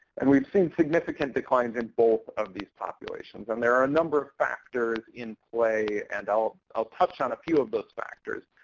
and we've seen significant declines in both of these populations. and there are a number of factors in play, and i'll i'll touch on a few of those factors.